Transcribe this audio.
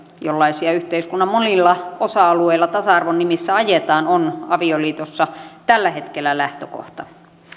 jollaisia yhteiskunnan monilla osa alueilla tasa arvon nimissä ajetaan on avioliitossa tällä hetkellä lähtökohta